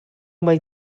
mai